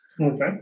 Okay